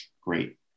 Great